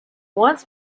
wants